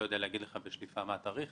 אני לא יודע להגיד לך בשליפה מה התאריך,